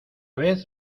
vez